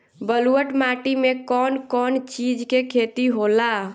ब्लुअट माटी में कौन कौनचीज के खेती होला?